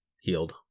healed